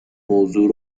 موضوع